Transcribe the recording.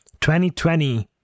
2020